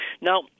Now